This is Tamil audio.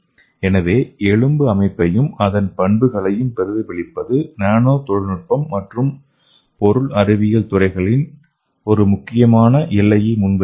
எனவே எலும்பு அமைப்பையும் அதன் பண்புகளையும் பிரதிபலிப்பது நானோ தொழில்நுட்பம் மற்றும் பொருள் அறிவியல் துறைகளில் ஒரு முக்கியமான எல்லையை முன்வைக்கிறது